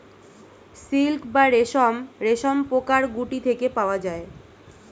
silk বা রেশম রেশমপোকার গুটি থেকে পাওয়া যায়